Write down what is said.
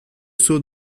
sceau